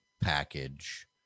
package